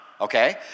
okay